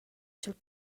cha’l